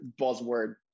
buzzword